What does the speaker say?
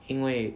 因为